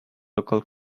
local